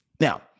now